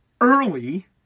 early